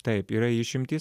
taip yra išimtys